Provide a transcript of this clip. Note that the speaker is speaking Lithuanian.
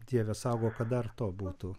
dieve saugok kad dar to būtų